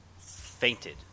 fainted